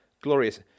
glorious